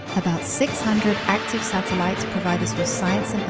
about six hundred active satellites provide us with science